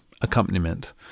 accompaniment